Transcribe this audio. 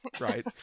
Right